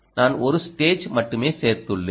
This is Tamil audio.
நான் ஒரு ஸ்டேஜ் மட்டுமே சேர்த்துள்ளேன்